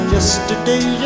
Yesterday